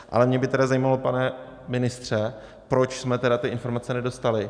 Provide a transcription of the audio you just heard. Ale mě by tedy zajímalo, pane ministře, proč jsme tedy ty informace nedostali.